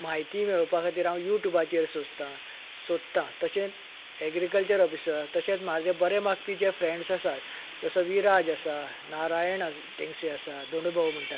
म्हायती मेळोवपा खातीर हांव यूट्यूबाचेर सोंसता सोदता तशें एग्रीकल्चरल ऑफिसर तशेंच म्हाजे बरे मागपी जे फ्रेंड्स आसात जसो विराज आसा नारायण टेंगसे आसा दोंडूभाऊ म्हणटात ताका